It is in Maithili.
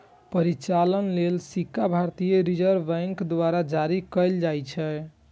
परिचालन लेल सिक्का भारतीय रिजर्व बैंक द्वारा जारी कैल जाइ छै